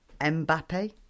Mbappe